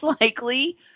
likely